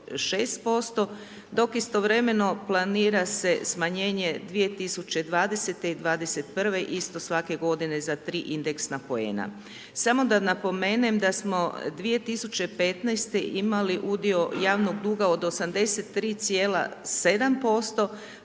dok istovremeno planira se smanjenje 2020. i 2021. isto svake g. za 3 indeksna poena. Samo da napomenem da smo 2015. imali udio javnog duga od 83,7%